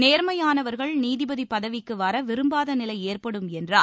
நேர்மையானவர்கள் நீதிபதி பதவிக்கு வர விரும்பாத நிலை ஏற்படும் என்றார்